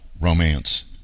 romance